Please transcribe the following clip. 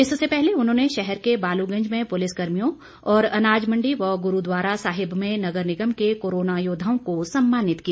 इससे पहले उन्होंने शहर के बालुगंज में पुलिस कर्मियों और अनाज मंडी व गुरूद्वारा साहिब में नगर निगम के कोरोना योद्वाओं को सम्मानित किया